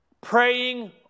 Praying